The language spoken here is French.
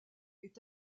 est